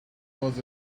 was